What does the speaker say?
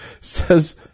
says